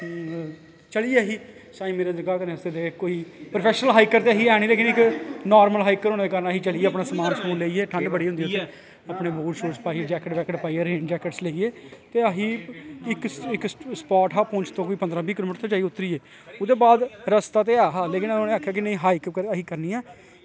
चली गे अस साईं मीरां दरगाह् इक ओह् ही फ्रोफैशनल हाईकर ते अस है नेईं इक नार्मल हाईकर होने दे कारण अस चली गे समान समून समून लेईयै ठंड बड़ी होंदी उत्थें अपने बूट शूट पाईयै जैक्केट लेईयै रेन जैकेट लेइयै अस इक सपॉट हा पुंछ तों पंदरां बीह् किलो मीटर जाईयै उतरियै ओह्दे बाद रस्ता ते ऐसा पर उनें आक्खेआ कि हाईक असें करनी ऐं